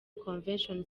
convention